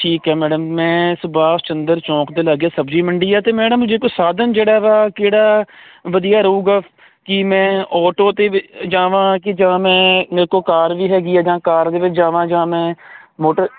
ਠੀਕ ਹ ਮੈਡਮ ਮੈਂ ਸੁਭਾਸ਼ ਚੰਦਰ ਚੌਂਕ ਦੇ ਲਾਗੇ ਸਬਜੀ ਮੰਡੀ ਆ ਤੇ ਮੈਡਮ ਜੇ ਕੋਈ ਸਾਧਨ ਜਿਹੜਾ ਵਾ ਕਿਹੜਾ ਵਧੀਆ ਰਹੂਗਾ ਕਿ ਮੈਂ ਆਟੋ ਤੇ ਜਾਵਾਂ ਕਿ ਜਾਂ ਮੈਂ ਮੇਰੇ ਕੋਲ ਕਾਰ ਵੀ ਹੈਗੀ ਆ ਜਾਂ ਕਾਰ ਦੇ ਵਿੱਚ ਜਾਵਾਂ ਜਾਂ ਮੈਂ ਮੋਟਰ